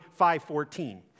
5.14